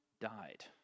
died